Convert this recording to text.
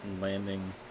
landing